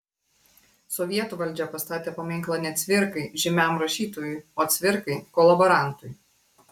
sovietų valdžia pastatė paminklą ne cvirkai žymiam rašytojui o cvirkai kolaborantui